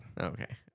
Okay